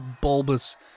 bulbous